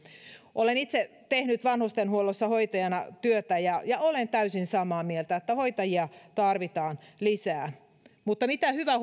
olen itse tehnyt vanhustenhuollossa hoitajana työtä ja ja olen täysin samaa mieltä että hoitajia tarvitaan lisää mutta mitä hyvä